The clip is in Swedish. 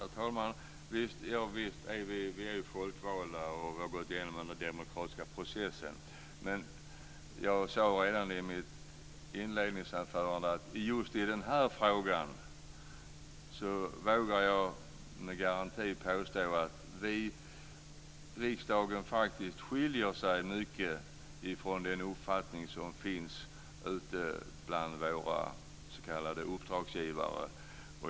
Herr talman! Visst är vi folkvalda och har gått igenom den demokratiska processen. Men jag sade redan i mitt inledningsanförande att just i den här frågan vågar jag med garanti påstå att vi i riksdagen faktiskt skiljer oss mycket från den uppfattning som finns ute bland våra s.k. uppdragsgivare.